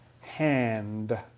hand